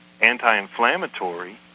anti-inflammatory